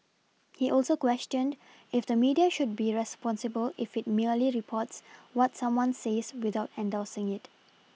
he also questioned if the media should be responsible if it merely reports what someone says without endorsing it